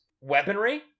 weaponry